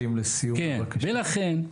ולכן,